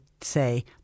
say